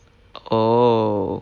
oh